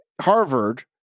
Harvard